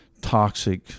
toxic